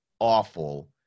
awful